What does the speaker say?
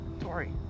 Tori